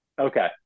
Okay